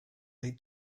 they